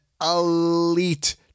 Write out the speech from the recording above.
elite